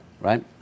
right